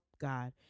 God